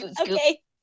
okay